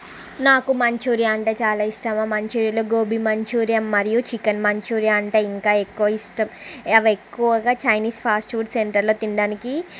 నాకు మంచూరియా అంటే చాలా ఇష్టము మంచూరియాలో గోబీ మంచూరియా మరియు చికెన్ మంచూరియా అంటే ఇంకా ఎక్కువ ఇష్టం అవి ఎక్కువగా చైనీస్ ఫాస్ట్ ఫుడ్ సెంటర్లో తినడానికి